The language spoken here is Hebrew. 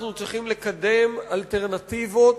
אנחנו צריכים לקדם אלטרנטיבות